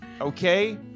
Okay